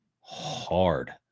hard